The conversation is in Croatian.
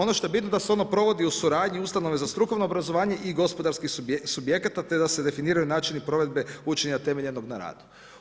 Ono što je bitno da se ono provodi u suradnji ustanove za strukovno obrazovanje gospodarskih subjekata, te da se definiraju načini provedbe učenja temeljenog na radu.